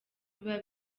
biba